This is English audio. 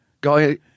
Guy